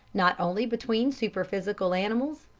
not only between superphysical animals,